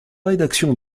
rédaction